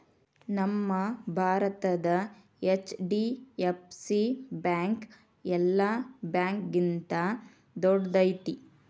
ನಮ್ಮ ಭಾರತದ HDFC bank ಯೆಲ್ಲಾ ಬ್ಯಾಂಕ್ಗಿಂತಾ ದೊಡ್ದೈತಿ